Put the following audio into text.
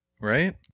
Right